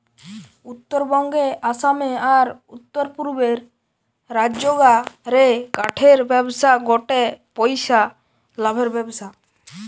উত্তরবঙ্গে, আসামে, আর উততরপূর্বের রাজ্যগা রে কাঠের ব্যবসা গটে পইসা লাভের ব্যবসা